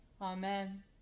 Amen